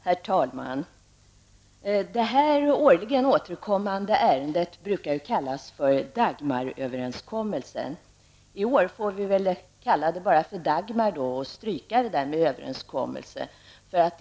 Herr talman! Detta årligen återkommande ärende brukar kallas för Dagmaröverenskommelsen. I år får vi väl kalla det endast för Dagmar och stryka överenskommelse.